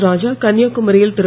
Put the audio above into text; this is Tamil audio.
ராஜா கன்னியாகுமரியில் திரு